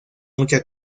mucha